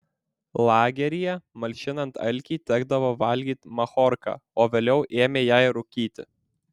lageryje malšinant alkį tekdavo valgyti machorką o vėliau ėmė ją ir rūkyti